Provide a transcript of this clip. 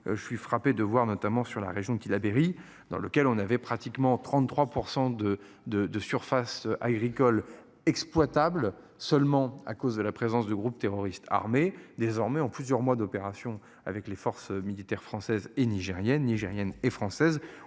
Je suis frappé de voir notamment sur la région qui Labeyrie dans lequel on avait pratiquement 33% de de de surface agricole exploitable seulement à cause de la présence de groupes terroristes armés désormais en plusieurs mois d'opérations avec les forces militaires françaises et nigériennes nigériennes et françaises.